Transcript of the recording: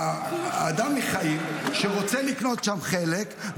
אדם בחיים שרוצה לקנות שם חלק,